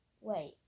Wait